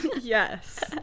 Yes